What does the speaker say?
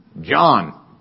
John